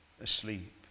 asleep